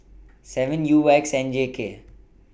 seven U X N J K